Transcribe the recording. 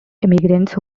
immigrants